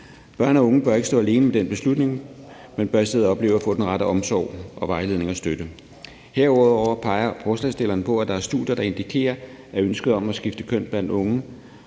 Børn og unge bør ikke stå alene med den beslutning, men bør i stedet opleve at få den rette omsorg og vejledning og støtte. Herudover peger forslagsstillerne på, at der er studier, der indikerer, at ønsket blandt unge